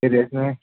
మీకు తెలిసినవి